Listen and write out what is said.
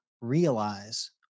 realize